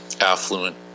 affluent